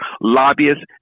lobbyists